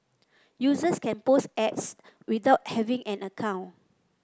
users can post ads without having an account